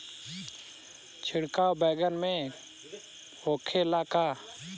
छिड़काव बैगन में होखे ला का?